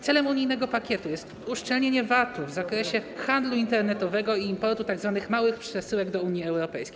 Celem unijnego pakietu jest uszczelnienie VAT-u w zakresie handlu internetowego i importu tzw. małych przesyłek do Unii Europejskiej.